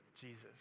jesus